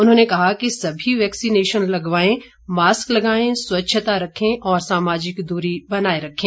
उन्होंने कहा कि सभी वैक्सीनेशन लगवायें मास्क लगाएं स्वच्छता रखें और सामाजिक दूरी बनाए रखें